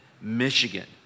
Michigan